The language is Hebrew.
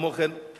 הדיון לא תם.